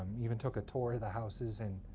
even took a tour of the houses. and